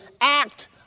act